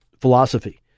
philosophy